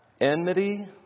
Enmity